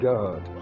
God